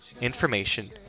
information